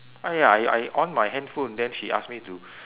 !aiya! I I on my handphone then she ask me to